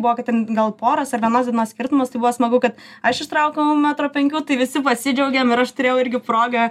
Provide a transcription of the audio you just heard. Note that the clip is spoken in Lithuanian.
buvo kad ten gal poros ar vienos dienos skirtumas tai buvo smagu kad aš ištraukiau metro penkių tai visi pasidžiaugėm ir aš turėjau irgi progą